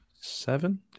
Seven